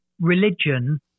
religion